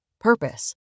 purpose